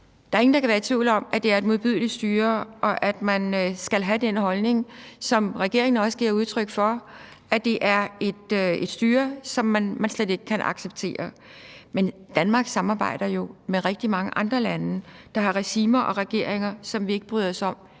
Der er ingen, der kan være i tvivl om, at det er et modbydeligt styre, og at man skal have den holdning, som regeringen også giver udtryk for, nemlig at det er et styre, som man slet ikke kan acceptere. Men Danmark samarbejder jo med rigtig mange andre lande, der har regimer og regeringer, som vi ikke bryder os om,